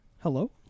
Hello